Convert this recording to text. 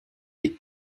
des